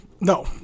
No